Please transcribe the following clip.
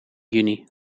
juni